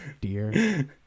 dear